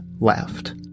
LEFT